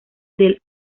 del